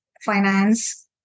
finance